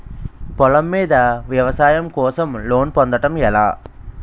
పొలం మీద వ్యవసాయం కోసం లోన్ పొందటం ఎలా?